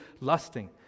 lusting